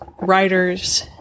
writers